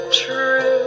true